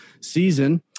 season